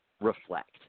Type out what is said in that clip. reflect